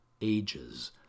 ages